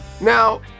Now